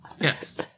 Yes